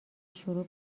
شروع